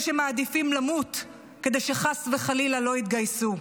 שמעדיפים למות כדי שחס וחלילה לא יתגייסו.